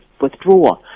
withdraw